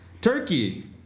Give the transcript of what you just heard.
Turkey